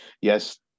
yes